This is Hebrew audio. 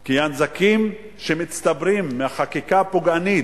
כי הנזקים שמצטברים מחקיקה פוגענית,